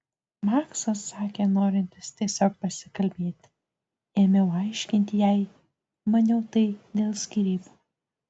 maksas sakė norintis tiesiog pasikalbėti ėmiau aiškinti jai maniau tai dėl skyrybų